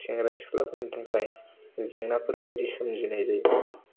सेंग्रा सिख्लाफोरनि थाखाय जेंनाफोरबायदि सोमजिनाय जायो